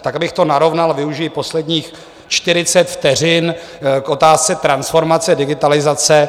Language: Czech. Tak abych to narovnal, využiji posledních čtyřicet vteřin k otázce transformace, digitalizace.